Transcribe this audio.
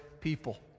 people